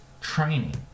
training